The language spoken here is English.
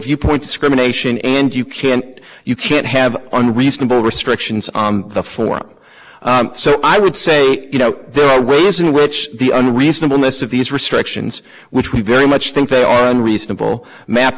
viewpoint discrimination and you can't you can't have one reasonable restrictions on the form so i would say you know there are ways in which the un reasonableness of these restrictions which we very much think they are unreasonable map